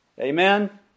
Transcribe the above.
Amen